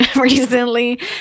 recently